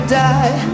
die